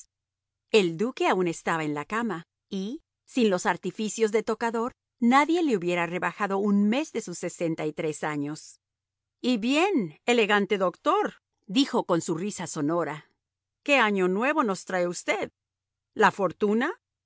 el duque aun estaba en la cama y sin los artificios de tocador nadie le hubiera rebajado un mes de sus sesenta y tres años y bien elegante doctor dijo con su risa sonora qué año nuevo nos trae usted la fortuna